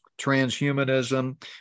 transhumanism